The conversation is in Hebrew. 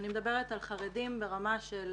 אני מדברת על חרדים ברמה של